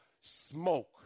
smoke